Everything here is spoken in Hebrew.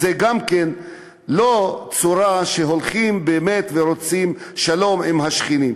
זו גם כן לא צורה שהולכים באמת ורוצים שלום עם השכנים.